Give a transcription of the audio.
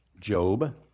Job